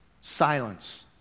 Silence